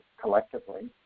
collectively